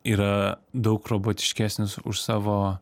yra daug robotiškesnis už savo